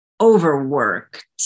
overworked